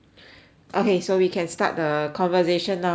okay so we can start the conversation now already